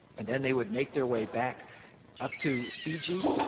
and then they would make their way back up to fiji,